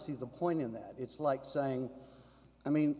see the point in that it's like saying i mean